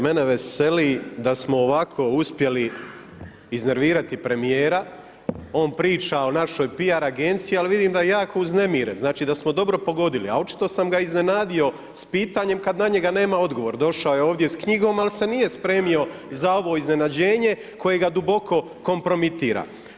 Mene veseli, da smo ovako uspjeli iznervirati premjera, on priča o našoj PR agenciji, ali vidim da je jako uznemiren, znači da smo dobro pogodili, a očito sam ga iznenadio s pitanjem, kada na njega nema odgovor, došao je ovdje s knjigom, ali se nije spremio za ovo iznenađenje, koje ga duboko kompromitira.